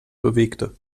bewegte